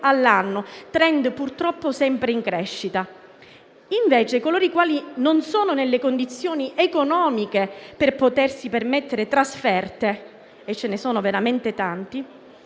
all'anno, *trend* purtroppo sempre in crescita. Coloro i quali non sono nelle condizioni economiche di potersi permettere trasferte (e ce ne sono veramente tanti),